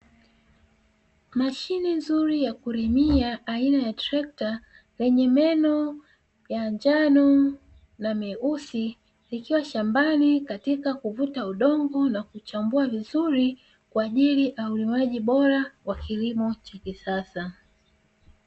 Mashine nzuri ya kulimia aina ya trekta lenye meno ya njano na meusi, likiwa shambani katika kuvuta udongo na kuchambua vizuri kwa ajili ya ulimaji bora wa kilimo cha kisasa.